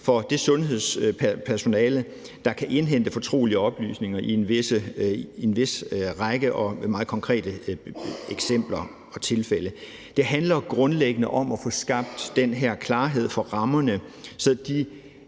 for det sundhedspersonale, der kan indhente fortrolige oplysninger i en vis række meget konkrete eksempler og tilfælde. Det handler grundlæggende om at få skabt den her klarhed for rammerne, så de